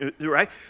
right